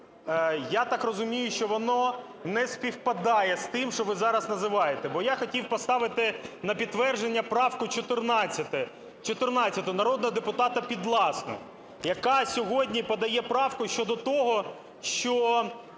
Я так розумію, що воно не співпадає з тим, що ви зараз називаєте. Бо я хотів поставити на підтвердження правку 14 народного депутата Підласої, яка сьогодні подає правку щодо того, що